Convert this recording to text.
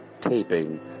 Taping